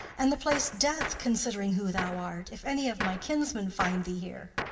and the place death, considering who thou art, if any of my kinsmen find thee here.